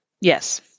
yes